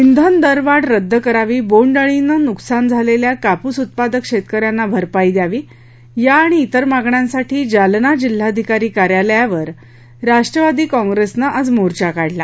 ाब्रेन दरवाढ रद्द करावी बोंडअळीनं नुकसान झालेल्या कापूस उत्पादक शेतकऱ्यांना भरपाई द्यावी या आणि तिर मागण्यांसाठी जालना जिल्हाधिकारी कार्यालावर राष्ट्रवादी काँप्रेसनं आज मोर्चा काढला